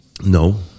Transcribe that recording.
No